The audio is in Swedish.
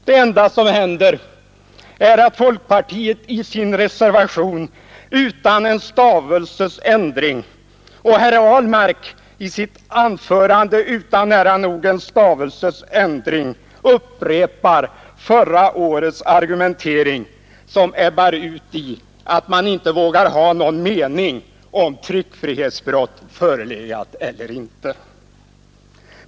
Det enda som händer är att folkpartiet i sin reservation utan en stavelses ändring — och herr Ahlmark i sitt anförande också han nära nog utan en stavelses ändring — upprepar förra årets argumentering, som ebbar ut i att man inte vågar ha någon mening i frågan om tryckfrihetsbrott förelegat eller inte.